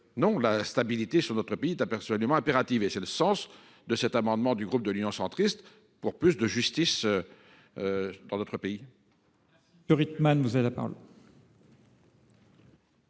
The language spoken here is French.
? La stabilité sur notre pays est absolument impérative. Tel est le sens de cet amendement du groupe Union Centriste, pour plus de justice dans notre pays.